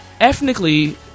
Ethnically